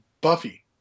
Buffy